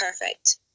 perfect